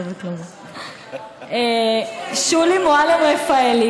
שולי מועלם-רפאלי,